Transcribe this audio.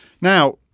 Now